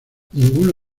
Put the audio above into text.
ninguno